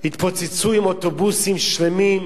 התפוצצו עם אוטובוסים שלמים,